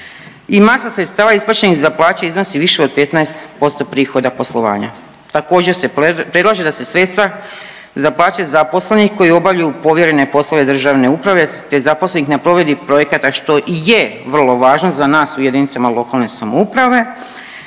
masa sredstava isplaćenih za plaće iznosi više od 15% prihoda poslovanja. Također, se predlaže da se sredstva za plaće zaposlenih koji obavljaju povjerene poslove državne uprave te zaposlenih na provedbi projekata, što i je vrlo važno za nas u jedinicama lokalne samouprave